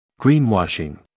Greenwashing